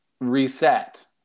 reset